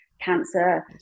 cancer